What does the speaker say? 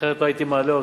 אחרת לא הייתי מעלה אותו.